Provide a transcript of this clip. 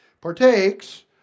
partakes